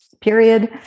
period